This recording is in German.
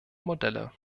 modelle